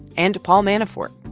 and paul manafort,